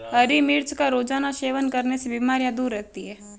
हरी मिर्च का रोज़ाना सेवन करने से बीमारियाँ दूर रहती है